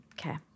Okay